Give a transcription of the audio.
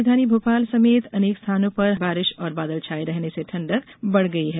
राजधानी भोपाल समेत अनेक स्थानों पर हल्की बारिश और बादल छाए रहने से ठंडक बढ़ गई है